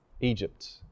Egypt